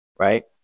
Right